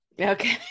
Okay